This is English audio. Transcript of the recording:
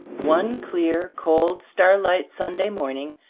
one clear, cold, starlight sunday morning,